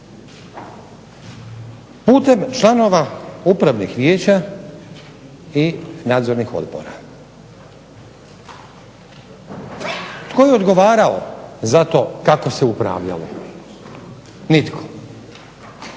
Putem članova upravnih vijeća i nadzornih odbora. Tko je odgovarao za to kako se upravljalo? Nitko.